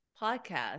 podcast